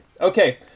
Okay